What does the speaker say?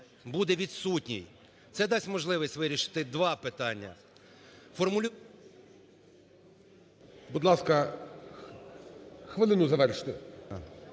буде відсутній. Це дасть можливість вирішити два питання.